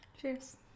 cheers